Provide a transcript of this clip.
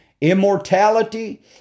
immortality